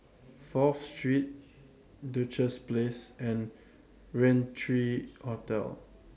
Fourth Street Duchess Place and Rain three Hotel